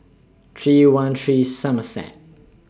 three one three Somerset